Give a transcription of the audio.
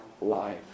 life